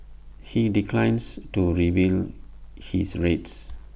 he declines to reveal his rates